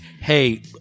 Hey